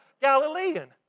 Galilean